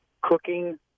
cooking